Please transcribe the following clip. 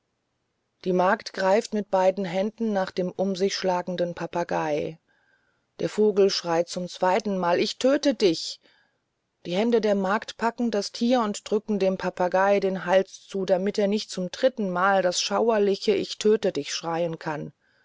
die magd greift mit beiden händen nach dem um sich schlagenden papagei der vogel schreit zum zweitenmal ich töte dich die hände der magd packen das tier und drücken dem papagei den hals zu damit er nicht zum drittenmal das schauerliche ich töte dich schreien kann